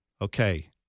okay